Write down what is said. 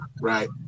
right